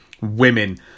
Women